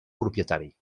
propietari